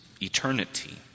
eternity